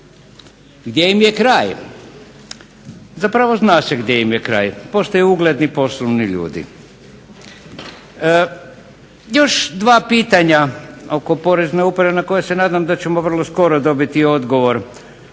gdje im je kraj? Zapravo zna se gdje im je kraj, postaju ugledni poslovni ljudi. Još dva pitanja oko Porezne uprave na koje se nadam da ćemo vrlo skoro dobiti odgovor.